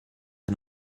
and